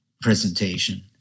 presentation